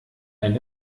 ein